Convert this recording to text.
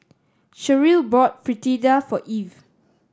Cherrelle bought Fritada for Evie